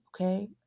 Okay